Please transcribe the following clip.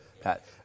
Pat